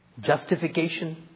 Justification